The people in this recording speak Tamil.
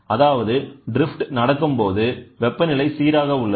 அதாவதுட்ரிப்ஃட் நடக்கும்போது வெப்பநிலை சீராக உள்ளது